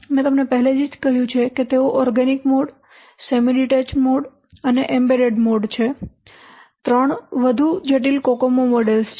મેં તમને પહેલેથી જ કહ્યું છે કે તેઓ organic mode semi detached mode અને એમ્બેડેડ મોડ છે 3 વધુ જટિલ કોકોમો મોડેલ્સ છે